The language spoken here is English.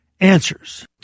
answers